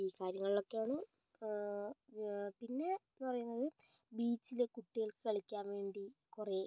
ഈ കാര്യങ്ങളിലൊക്കെയാണ് പിന്നെ എന്ന് പറയുന്നത് ബീച്ചിലെ കുട്ടികൾക്ക് കളിക്കാൻ വേണ്ടി കുറേ